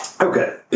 Okay